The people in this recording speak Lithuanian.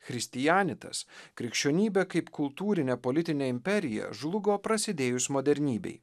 christianitas krikščionybė kaip kultūrinė politinė imperija žlugo prasidėjus modernybei